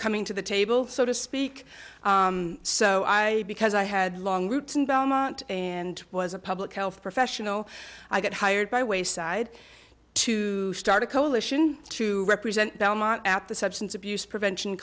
coming to the table so to speak so i because i had long roots in belmont and was a public health professional i got hired by wayside to start a coalition to represent belmont at the substance abuse prevention